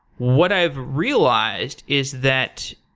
what i've realized is that,